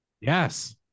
Yes